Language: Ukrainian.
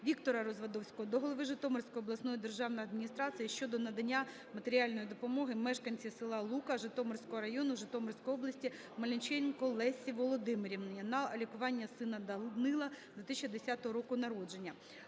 Віктора Развадовського до голови Житомирської обласної державної адміністрації щодо надання матеріальної допомоги мешканці села Лука Житомирського району, Житомирської області Мельниченко Лесі Володимирівні на лікування сина Данила 2010 року народження.